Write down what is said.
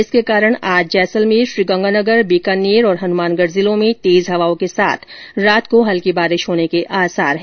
इसके कारण आज जैसलमेर श्रीगंगानगर बीकानेर और हनुमानगढ जिलों में तेज हवाओं के साथ रात को हल्की बारिश होने के आसार हैं